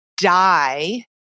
Die